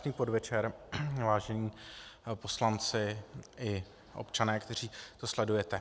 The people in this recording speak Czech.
Krásný podvečer, vážení poslanci i občané, kteří to sledujete.